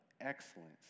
excellence